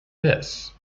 this